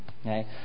okay